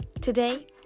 today